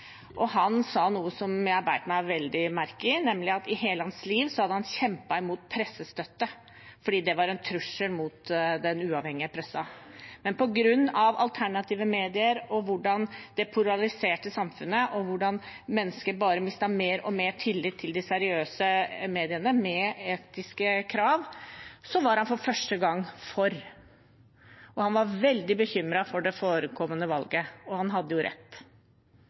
og han sa noe jeg bet meg veldig merke i, nemlig at i hele hans liv hadde han kjempet mot pressestøtte fordi det var en trussel mot den uavhengige pressen, men på grunn av alternative medier, hvordan de polariserte samfunnet, og hvordan mennesker bare mistet mer og mer tillit til de seriøse mediene med etiske krav, var han for første gang for. Han var veldig bekymret foran det kommende valget, og han hadde rett.